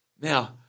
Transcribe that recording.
Now